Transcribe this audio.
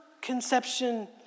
conception